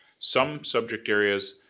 some subject areas,